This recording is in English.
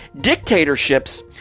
dictatorships